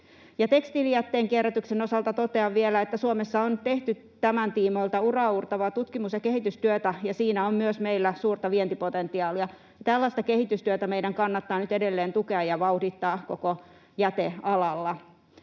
Tekstiilijätteen kierrätyksen osalta totean vielä, että Suomessa on tehty tämän tiimoilta uraauurtavaa tutkimus‑ ja kehitystyötä, ja siinä meillä on myös suurta vientipotentiaalia. Tällaista kehitystyötä meidän kannattaa nyt edelleen tukea ja vauhdittaa koko jätealalla.